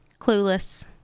Clueless